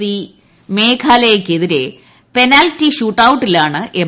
C മേഘാലയക്കെതിരെ penalty ഷൂട്ടൌട്ടിലാണ് M